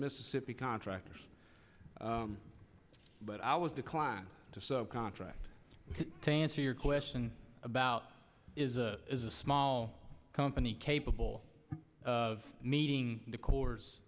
mississippi contractors but i was declined to contract to answer your question about is a is a small company capable of meeting the co